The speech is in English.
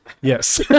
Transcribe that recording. Yes